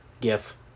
GIF